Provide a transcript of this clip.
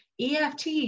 EFT